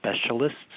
specialists